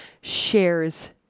shares